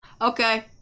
Okay